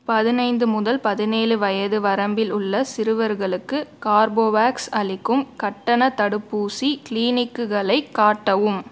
பதினைந்து முதல் பதினேலு வயது வரம்பில் உள்ள சிறுவர்களுக்கு கார்போவேக்ஸ் அளிக்கும் கட்டணத் தடுப்பூசி க்ளீனிக்குகளைக் காட்டவும்